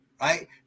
right